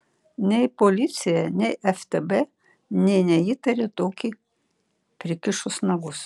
nei policija nei ftb nė neįtarė tokį prikišus nagus